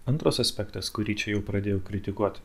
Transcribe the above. antras aspektas kurį čia jau pradėjau kritikuoti